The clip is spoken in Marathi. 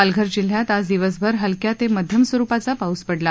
पालघर जिल्ह्यात आज दिवसभर हलक्या ते मध्यम स्वरुपाचा पाऊस पडला